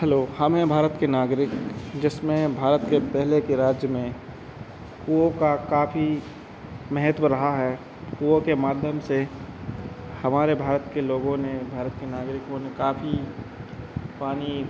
hello हम हैं भारत के नागरिक जिसमें भारत के पहले के राज्य में कुओं का काफ़ी महत्व रहा है कुओं के माध्यम से हमारे भारत के लोगों ने भारत के नागरिकों ने काफ़ी पानी